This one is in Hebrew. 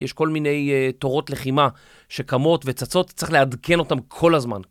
יש כל מיני תורות לחימה שקמות וצצות, צריך לעדכן אותם כל הזמן.